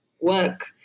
work